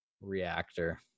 reactor